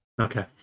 Okay